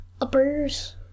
Uppers